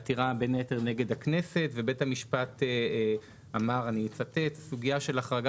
עתירה בין היתר נגד הכנסת ובית המשפט אמר: "הסוגיה של החרגה